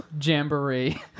Jamboree